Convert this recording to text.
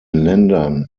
ländern